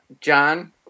John